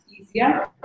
easier